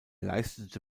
leistete